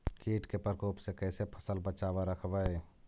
कीट के परकोप से कैसे फसल बचाब रखबय?